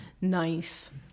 Nice